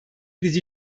dizi